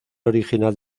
original